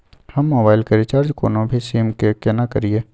हम मोबाइल के रिचार्ज कोनो भी सीम के केना करिए?